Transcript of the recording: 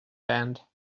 band